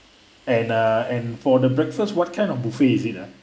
and uh and for the breakfast what kind of buffet is it uh